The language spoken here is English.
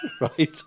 Right